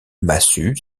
massue